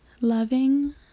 loving